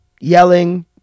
yelling